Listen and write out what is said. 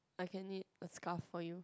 I can knit a scarf for you